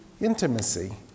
intimacy